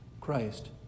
Christ